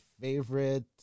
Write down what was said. favorite